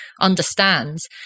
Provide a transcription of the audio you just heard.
understands